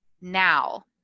now